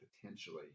potentially